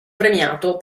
premiato